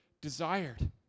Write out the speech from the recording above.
desired